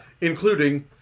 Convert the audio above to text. including